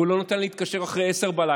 והוא לא נותן להתקשר אחרי 22:00,